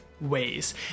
ways